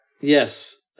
Yes